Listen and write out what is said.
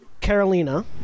Carolina